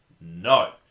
No